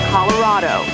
Colorado